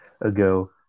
ago